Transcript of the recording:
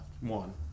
One